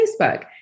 Facebook